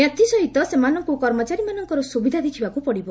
ଏଥିସହିତ ସେମାନଙ୍କୁ କର୍ମଚାରୀମାନଙ୍କର ସୁବିଧା ଦେଖବାକୁ ପଡିବ